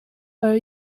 are